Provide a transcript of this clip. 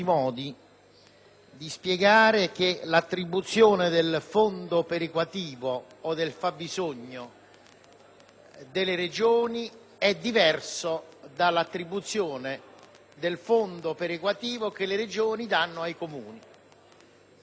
delle Regioni è diverso dall'attribuzione del fondo perequativo che le Regioni danno ai Comuni. Mentre per i Comuni, giustamente, questo disegno di legge ha previsto che vengano considerate situazioni particolari, come le fasce altimetriche